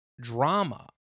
drama